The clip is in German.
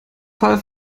fall